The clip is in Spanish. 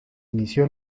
inició